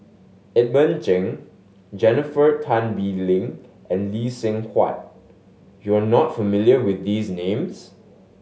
Edmund Cheng Jennifer Tan Bee Leng and Lee Seng Huat you are not familiar with these names